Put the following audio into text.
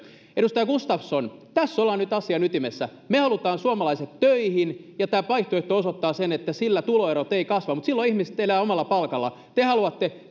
edustaja gustafsson tässä ollaan nyt asian ytimessä me haluamme suomalaiset töihin ja tämä vaihtoehto osoittaa sen että sillä tuloerot eivät kasva mutta silloin ihmiset elävät omalla palkallaan te haluatte